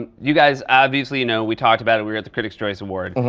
and you guys obviously you know. we talked about it, we were at the critics' choice award.